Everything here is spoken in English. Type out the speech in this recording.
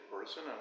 person